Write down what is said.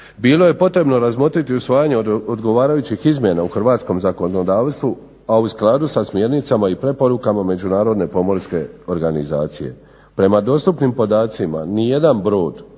bilo je potrebno razmotriti usvajanje odgovarajućih izmjena u hrvatskom zakonodavstvu, a u skladu sa smjernicama i preporukama međunarodne pomorske organizacije. Prema dostupnim podacima nijedan brod